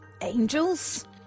angels